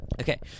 Okay